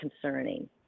concerning